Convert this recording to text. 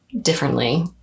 differently